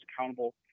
accountable